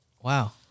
Wow